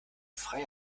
freie